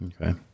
Okay